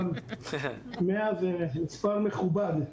אבל 100 זה מספר מכובד.